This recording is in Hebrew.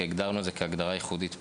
כי הגדרנו את זה כהגדרה ייחודית פה.